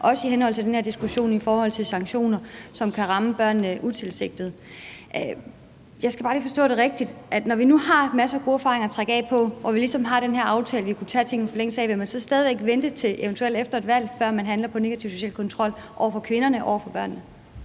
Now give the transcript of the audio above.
også i henhold til den her diskussion om sanktioner, som kan ramme børnene utilsigtet. Jeg skal bare lige forstå det rigtigt: Når vi nu har en masse gode erfaringer at trække på og vi ligesom har den her aftale, vi kunne gøre tingene i forlængelse af, vil man så stadig væk vente til eventuelt efter et valg, før man handler på negativ social kontrol over for kvinderne og over for børnene?